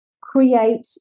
create